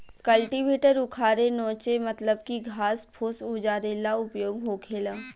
cultivator उखारे नोचे मतलब की घास फूस उजारे ला उपयोग होखेला